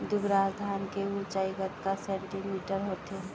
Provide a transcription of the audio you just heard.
दुबराज धान के ऊँचाई कतका सेमी होथे?